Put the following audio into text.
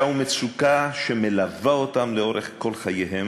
ובמצוקה שמלווה אותם לאורך כל חייהם.